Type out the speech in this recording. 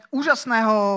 úžasného